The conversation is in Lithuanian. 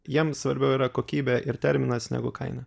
jiems svarbiau yra kokybė ir terminas negu kaina